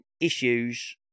issues